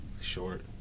Short